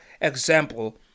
example